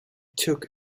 took